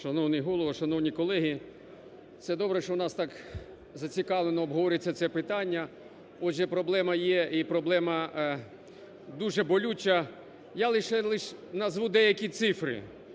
Шановний Голово! Шановні колеги! Це добре, що у нас так зацікавлено обговорюється це питання, отже проблема є і проблема дуже болюча. Я лише назву деякі цифри.